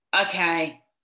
okay